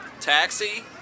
taxi